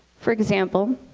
for example,